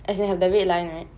as in have the red line right